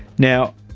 now,